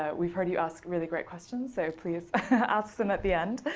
ah we've heard you ask really great questions, so please ask them at the end.